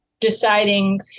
deciding